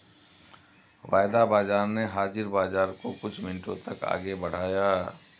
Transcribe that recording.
वायदा बाजार ने हाजिर बाजार को कुछ मिनटों तक आगे बढ़ाया